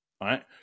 right